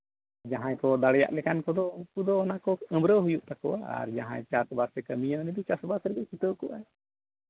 ᱡᱟᱦᱟᱸᱭ ᱠᱚ ᱫᱟᱲᱮᱭᱟᱜ ᱞᱮᱠᱟᱱ ᱠᱚᱫᱚ ᱩᱱᱠᱩ ᱫᱚ ᱚᱱᱟ ᱠᱚ ᱦᱩᱭᱩᱜ ᱛᱟᱠᱚᱣᱟ ᱟᱨ ᱡᱟᱦᱟᱸᱭ ᱪᱟᱥᱵᱟᱥᱮ ᱠᱟᱹᱢᱤᱭᱟ ᱩᱱᱤ ᱫᱚ ᱪᱟᱥᱵᱟᱥ ᱨᱮᱜᱮᱭ ᱪᱷᱩᱴᱟᱹᱣ ᱠᱚᱜᱼᱟᱭ